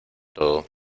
todo